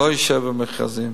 אני לא יושב במכרזים.